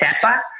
TAPA